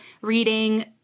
reading